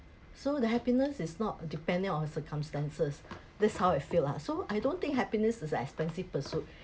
so the happiness is not depending on circumstances that's how I feel lah so I don't think happiness is an expensive pursuit